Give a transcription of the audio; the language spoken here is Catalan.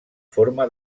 forma